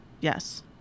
Yes